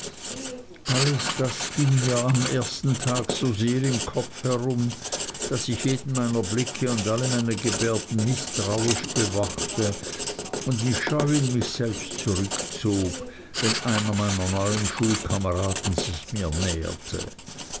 alles das ging mir am ersten tage so sehr im kopf herum daß ich jeden meiner blicke und alle meine gebärden mißtrauisch bewachte und mich scheu in mich selbst zurückzog wenn einer meiner neuen schulkameraden sich mir näherte